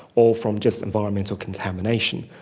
or from just environmental contamination.